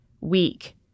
weak